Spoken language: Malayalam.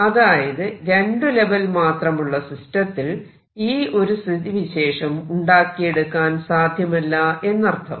അതായത് രണ്ട് ലെവൽ മാത്രമുള്ള സിസ്റ്റത്തിൽ ഈ ഒരു സ്ഥിതിവിശേഷം ഉണ്ടാക്കിയെടുക്കാൻ സാധ്യമല്ല എന്നർത്ഥം